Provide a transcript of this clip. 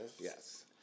Yes